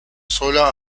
sola